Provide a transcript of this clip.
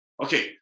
Okay